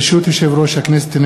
ברשות יושב-ראש הכנסת,